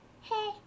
Hey